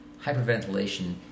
hyperventilation